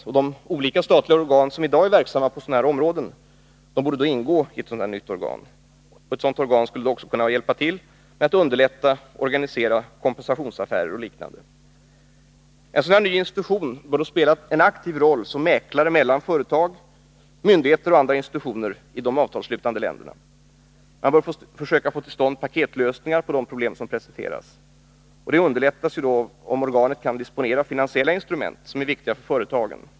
Och de olika statliga organ som i dag är verksamma på sådana här områden borde ingå i detta nya organ, som också skulle kunna hjälpa till med att underlätta och organisera kompensationsaffärer och liknande. En sådan här ny institution bör spela en aktiv roll som mäklare mellan företag, myndigheter och andra institutioner i de avtalsslutande länderna. Man bör försöka få till stånd paketlösningar på de problem som presenteras. Det arbetet underlättas, om organet kan disponera finansiella instrument som är viktiga för företagen.